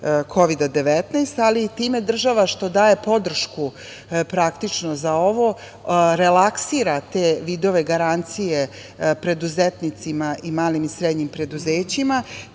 - 19, ali time država što daje podršku za ovo relaksira te vidove garancije preduzetnicima i malim i srednjim preduzećima